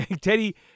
Teddy